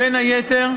בין היתר,